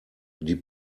die